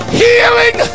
healing